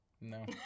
No